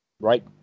right